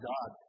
God